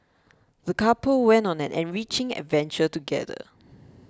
the couple went on an enriching adventure together